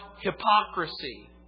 hypocrisy